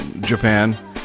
Japan